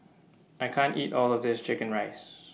I can't eat All of This Chicken Rice